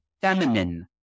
feminine